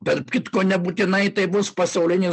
tarp kitko nebūtinai tai bus pasaulinis